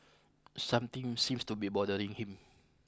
something seems to be bothering him